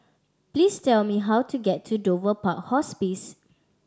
please tell me how to get to Dover Park Hospice